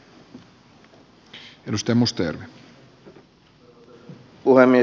arvoisa puhemies